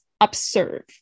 observe